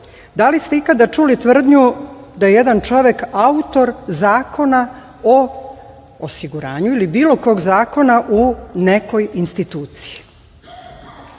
da li ste ikada čuli tvrdnju da jedan čovek autor Zakona o osiguranju ili bilo kog zakona u nekoj instituciji.